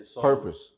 Purpose